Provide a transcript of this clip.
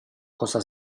cosa